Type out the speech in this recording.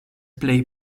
plej